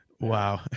wow